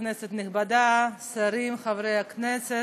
כנסת נכבדה, שרים, חברי הכנסת,